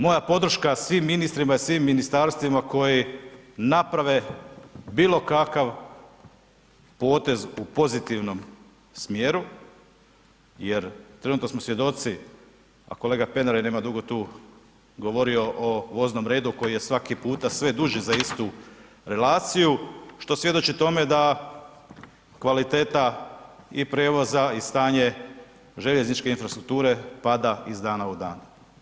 Moja podrška svim ministrima i svim ministarstvima koji naprave bilo kakav potez u pozitivnom smjeru jer trenutno smo svjedoci, a kolega Pernar je nema dugo tu govorio o voznom redu koji je svaki puta sve duži za istu relaciju što svjedoči tome da kvaliteta i prijevoza i stanje željezničke infrastrukture pada iz dana u dan.